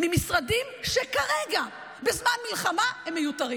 תקציבים ממשרדים שכרגע, בזמן מלחמה, הם מיותרים.